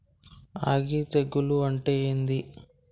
అగ్గి తెగులు అంటే ఏంది?